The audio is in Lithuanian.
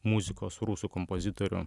muzikos rusų kompozitorių